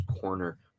corner